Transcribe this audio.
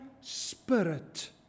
spirit